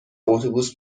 اتوبوس